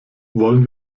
wollen